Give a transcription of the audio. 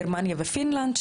גרמניה ופינלנד,